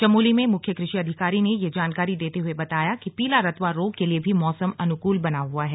चमोली में मुख्य कृषि अधिकारी ने यह जानकारी देते हुए बताया कि पीला रतुवा रोग के लिए मौसम अनुकूल बना हुआ है